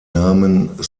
namen